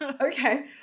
Okay